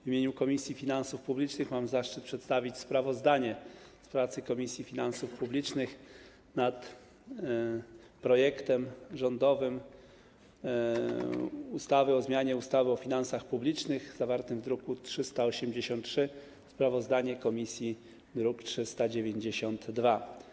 W imieniu Komisji Finansów Publicznych mam zaszczyt przedstawić sprawozdanie z pracy Komisji Finansów Publicznych nad rządowym projektem ustawy o zmianie ustawy o finansach publicznych, zawartym w druku nr 383, sprawozdanie komisji to druk nr 392.